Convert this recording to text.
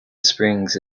springs